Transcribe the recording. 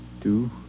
Two